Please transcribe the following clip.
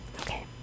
okay